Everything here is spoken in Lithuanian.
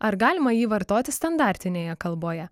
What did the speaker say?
ar galima jį vartoti standartinėje kalboje